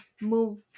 move